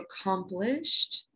accomplished